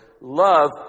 love